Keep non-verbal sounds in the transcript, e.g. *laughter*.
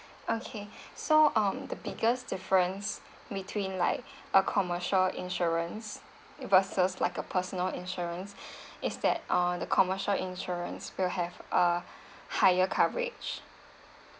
okay *breath* so um the biggest difference between like a commercial insurance versus like a personal insurance *breath* is that uh the commercial insurance will have uh higher coverage